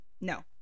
no